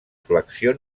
flexió